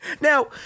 Now